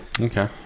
Okay